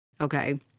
Okay